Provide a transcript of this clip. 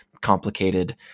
complicated